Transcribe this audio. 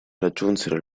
raggiunsero